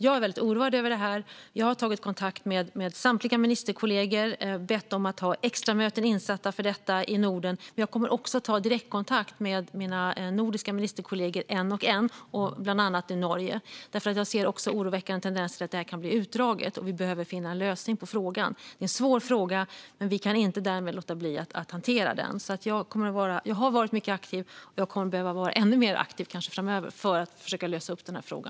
Jag är mycket oroad över detta. Jag har tagit kontakt med samtliga ministerkollegor och bett dem att sätta in extramöten för detta i Norden. Jag kommer också att ta direktkontakt med mina nordiska ministerkollegor en och en, bland annat i Norge, eftersom jag också ser oroväckande tendenser till att detta kan bli utdraget och att vi behöver finna en lösning på frågan. Det är en svår fråga, men vi kan därmed inte låta bli att hantera den. Jag har varit mycket aktiv, och jag kommer kanske att behöva vara ännu mer aktiv framöver för att försöka lösa detta.